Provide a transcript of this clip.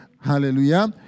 Hallelujah